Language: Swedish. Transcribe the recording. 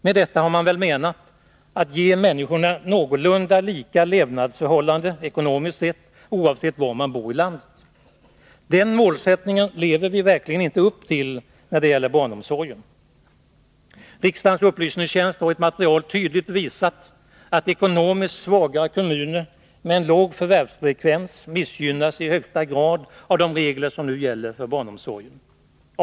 Med detta har man väl menat att ge människorna någorlunda lika levnadsförhållande ekonomiskt sett, oavsett var man bor i landet. Den målsättningen lever vi verkligen inte upp till när det gäller barnomsorgen. Riksdagens upplysningstjänst har i ett material tydligt visat att ekonomiskt svagare kommuner med en låg förvärvsfrekvens i högsta grad missgynnas av de regler som nu gäller för barnomsorgen.